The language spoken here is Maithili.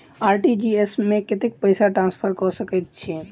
आर.टी.जी.एस मे कतेक पैसा ट्रान्सफर कऽ सकैत छी?